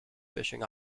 fishing